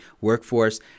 workforce